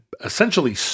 essentially